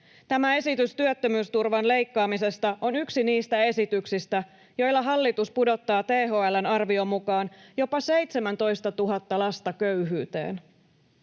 Tämä esitys työttömyysturvan leikkaamisesta on yksi niistä esityksistä, joilla hallitus pudottaa THL:n arvion mukaan jopa 17 000 lasta köyhyyteen.